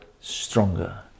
stronger